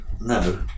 No